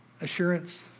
assurance